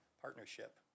partnership